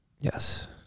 Yes